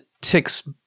ticks